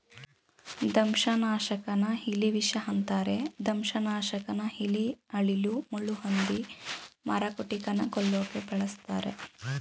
ದಂಶನಾಶಕನ ಇಲಿವಿಷ ಅಂತರೆ ದಂಶನಾಶಕನ ಇಲಿ ಅಳಿಲು ಮುಳ್ಳುಹಂದಿ ಮರಕುಟಿಕನ ಕೊಲ್ಲೋಕೆ ಬಳುಸ್ತರೆ